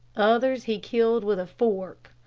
others he killed with a fork.